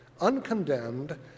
uncondemned